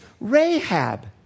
Rahab